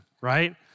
right